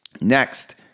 Next